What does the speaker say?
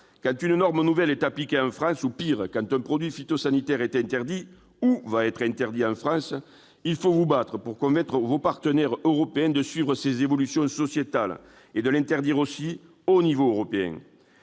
quand une norme nouvelle est appliquée en France ou, pire, quand un produit phytosanitaire est interdit ou va être interdit en France, il faut vous battre pour convaincre vos partenaires européens de suivre ces évolutions sociétales et de l'interdire aussi au niveau européen.